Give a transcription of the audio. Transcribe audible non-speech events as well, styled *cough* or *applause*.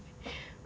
*breath*